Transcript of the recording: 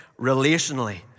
relationally